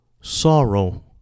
sorrow